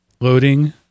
Loading